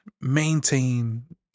maintain